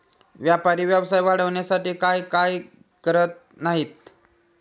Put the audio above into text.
व्यापारी व्यवसाय वाढवण्यासाठी काय काय करत नाहीत